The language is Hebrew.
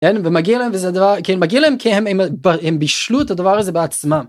כן, ומגיע להם, וזה הדבר, כן מגיע להם, כי הם בישלו את הדבר הזה בעצמם.